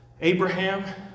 Abraham